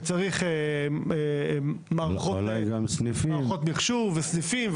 וצריך מערכות מיחשוב וסניפים,